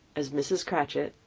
as mrs. cratchit,